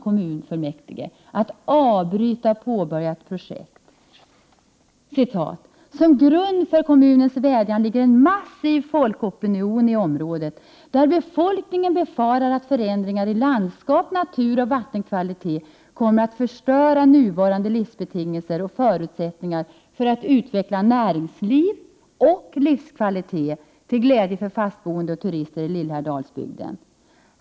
Kommunfullmäktige anförde: ”Såsom grund för kommunens vädjan ligger en massiv folkopinion i området, där befolkningen befarar att förändringar i landskap, natur och vattenkvalitet kommer att förstöra nuvarande livsbetingelser och förutsättningar för att utveckla näringsliv och livskvalitet till glädje för fastboende och turister i Lillhärdalsbygden.